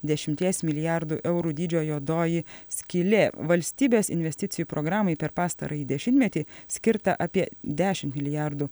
dešimties milijardų eurų dydžio juodoji skylė valstybės investicijų programai per pastarąjį dešimtmetį skirta apie dešimt milijardų